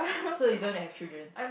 so you don't have children